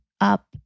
up